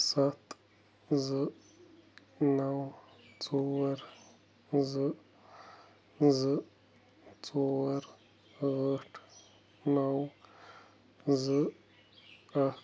سَتھ زٕ نَو ژور زٕ زٕ ژور ٲٹھ نَو زٕ اَکھ